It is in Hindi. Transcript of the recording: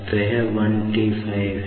तो यह 15T है